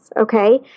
Okay